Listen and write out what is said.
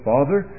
Father